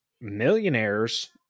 Millionaires